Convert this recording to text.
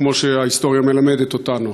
כמו שההיסטוריה מלמדת אותנו.